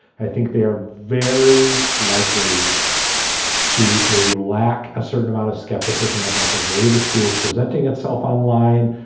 i think they are very likely to maybe lack a certain amount of skepticism about the way the school is presenting itself online,